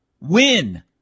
Win